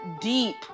deep